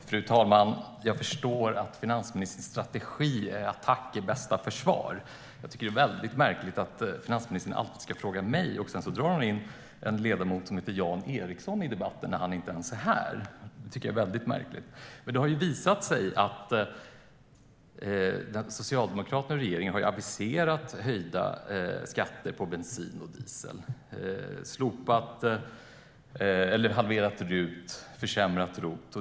Fru talman! Jag förstår att finansministerns strategi är att attack är bästa försvar. Det är mycket märkligt att finansministern alltid ska fråga mig och dessutom drar in ledamoten Jan Ericson i debatten när han inte ens är här. Den socialdemokratiska regeringen har aviserat höjda skatter på bensin och diesel, en halvering av RUT och en försämring av ROT.